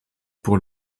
pour